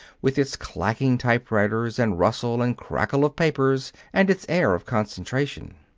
with its clacking typewriters and rustle and crackle of papers and its air of concentration.